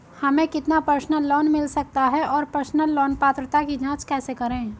हमें कितना personal loan मिल सकता है और पर्सनल लोन पात्रता की जांच कैसे करें?